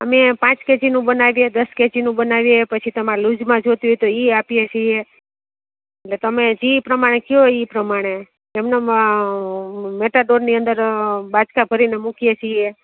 અમે પાંચ કેજીનું બનાવીએ દસ કેજીનું બનાવીએ પછી તમારે લુઝમાં જોઈતી હોય તો એ આપીએ છીએ એટલે તમે જે પ્રમાણે કહો એ પ્રમાણે એમ ને એમ મેટાડોરની અંદર બાચકાં ભરીને મૂકીએ છીએ